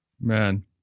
Man